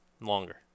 Longer